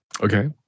Okay